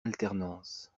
alternance